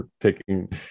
taking